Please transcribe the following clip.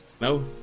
No